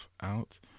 out